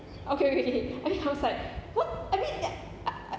okay okay and I was like what I mean I I